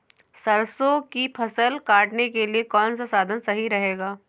सरसो की फसल काटने के लिए कौन सा साधन सही रहेगा?